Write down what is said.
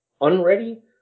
unready